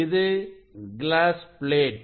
இது glass plate